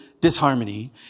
disharmony